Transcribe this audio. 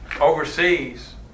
overseas